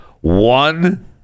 One